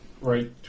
right